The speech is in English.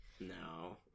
No